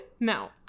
No